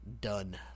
done